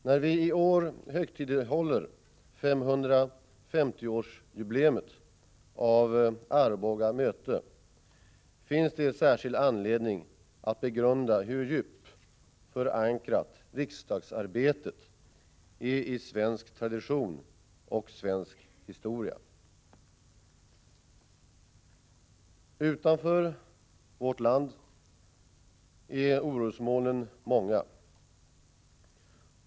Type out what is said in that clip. När vi i år högtidlighåller 550-årsjubileet av Arboga möte, finns det särskild anledning att begrunda hur djupt förankrat riksdagsarbetet är i svensk tradition och svensk historia. Utanför vårt land är orosmolnen många.